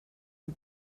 and